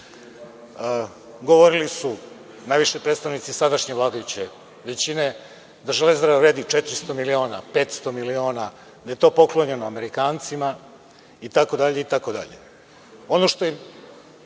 govorili su najviše predstavnici sadašnje vladajuće većine da „Železara“ vredi 400 miliona, 500 miliona, da je to poklonjeno Amerikancima itd.